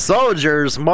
Soldiers